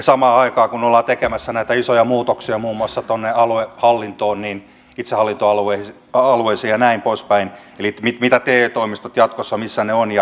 samaan aikaan ollaan tekemässä näitä isoja muutoksia muun muassa tuonne aluehallintoon itsehallintoalueisiin ja näin poispäin eli missä te toimistot jatkossa ovat ja missä ely puoli